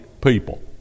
people